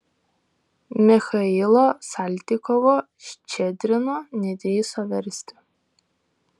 michailo saltykovo ščedrino nedrįso versti